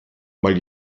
mal